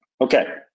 okay